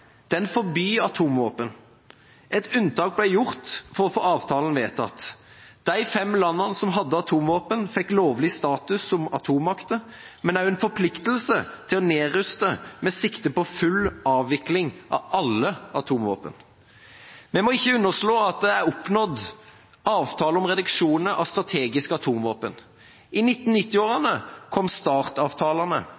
Den forbyr atomvåpen. Ett unntak ble gjort – for å få avtalen vedtatt: De fem landene som hadde atomvåpen, fikk lovlig status som atommakter, men også en forpliktelse til å nedruste, med sikte på full avvikling av alle atomvåpen. Vi må ikke underslå at det er oppnådd avtaler om reduksjoner av strategiske atomvåpen. I 1990-årene kom